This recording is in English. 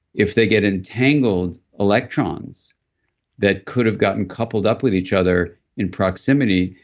if they get entangled electrons that could've gotten coupled up with each other in proximity,